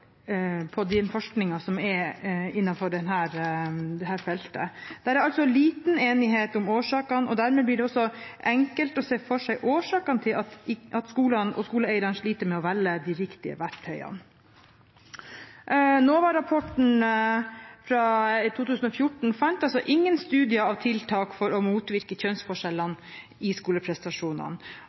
på samsvar i forskningen som er innenfor dette feltet. Det er altså liten enighet om årsakene, og dermed blir det også enkelt å se for seg årsakene til at skolene og skoleeierne sliter med å velge de riktige verktøyene. NOVA-rapporten fra 2014 fant ingen studier av tiltak for å motvirke kjønnsforskjellene i skoleprestasjonene,